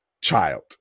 child